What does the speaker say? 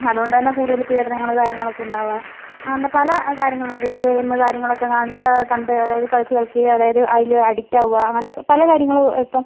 അതുകൊണ്ടുതന്നെ കൂടുതൽ പീഡനങ്ങളും കാര്യങ്ങളൊക്കെ ഉണ്ടാവുക അങ്ങനത്തെ പല കാര്യങ്ങൾ ഉണ്ട് പിന്നെ ഗെയിമ് കാര്യങ്ങൾ ഒക്കെ കാണുമ്പോൾ കണ്ട് അതായത് കളിച്ച് കളിച്ച് അതായത് അതിൽ അഡിക്റ്റാവുക അങ്ങനത്തെ പല കാര്യങ്ങളും ഇപ്പോൾ